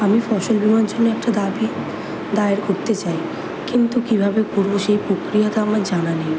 আমি ফসল রোয়ার জন্য একটা দাবি দায়ের করতে চাই কিন্তু কীভাবে করব সেই প্রক্রিয়া তো আমার জানা নেই